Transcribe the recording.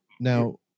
Now